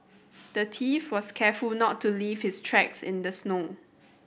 the thief was careful to not leave his tracks in the snow